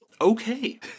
Okay